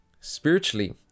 spiritually